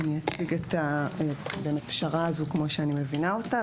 אני אציג את הפשרה הזו כמו שאני מבינה אותה,